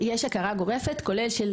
ויש הכרה גורפת כולל של